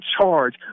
charge